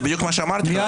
זה בדיוק מה שאמרתי לו.